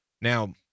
now